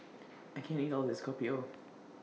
I can't eat All of This Kopi O